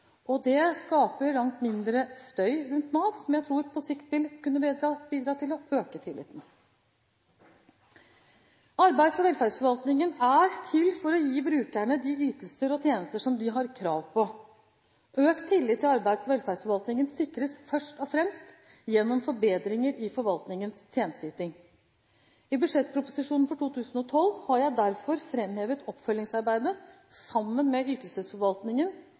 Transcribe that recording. Det skaper langt mindre støy rundt Nav, som jeg tror på sikt vil kunne bidra til å øke tilliten. Arbeids- og velferdsforvaltningen er til for å gi brukerne de ytelser og tjenester som de har krav på. Økt tillit til arbeids- og velferdsforvaltningen sikres først og fremst gjennom forbedringer i forvaltningens tjenesteyting. I budsjettproposisjonen for 2012 har jeg derfor framhevet oppfølgingsarbeidet sammen med ytelsesforvaltningen